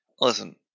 listen